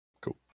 Cool